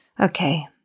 Okay